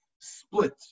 split